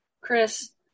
Chris